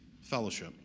fellowship